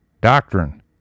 doctrine